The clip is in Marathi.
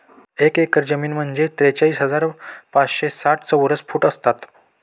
एक एकर जमीन म्हणजे त्रेचाळीस हजार पाचशे साठ चौरस फूट असतात